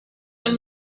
him